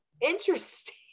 interesting